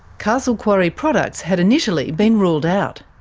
castle quarry products had initially been ruled out.